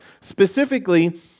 Specifically